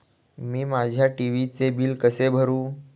मी माझ्या टी.व्ही चे बिल कसे भरू?